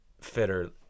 fitter